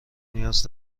نیاز